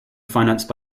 financed